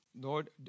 Lord